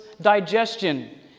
digestion